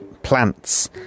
plants